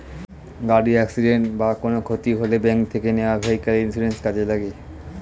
গাড়ির অ্যাকসিডেন্ট বা কোনো ক্ষতি হলে ব্যাংক থেকে নেওয়া ভেহিক্যাল ইন্সুরেন্স কাজে লাগে